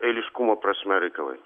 eiliškumo prasme reikalai